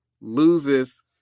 loses